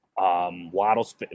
Waddle's